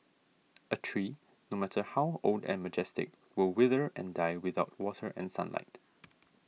a tree no matter how old and majestic will wither and die without water and sunlight